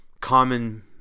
common